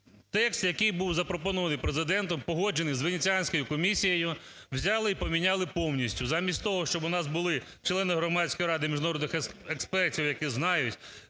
текст, який був запропонований Президентом, погоджений з Венеціанською комісією, взяли і поміняли повністю замість того, щоб у нас були члени громадської ради, міжнародних експертів, які знають